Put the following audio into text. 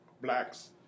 blacks